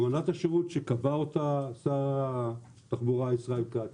אמנת השירות שקבע אותה שר התחבורה ישראל כץ,